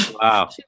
Wow